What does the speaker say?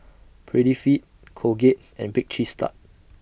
Prettyfit Colgate and Bake Cheese Tart